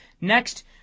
Next